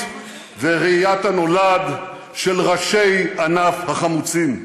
וראיית הנולד של ראשי ענף החמוצים.